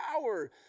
power